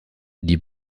die